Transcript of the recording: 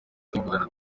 kwivugana